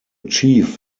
chief